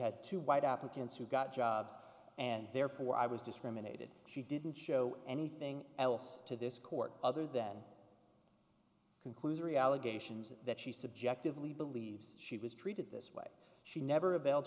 had two white applicants who got jobs and therefore i was discriminated she didn't show anything else to this court other than conclusory allegations that she subjectively believes she was treated this way she never avail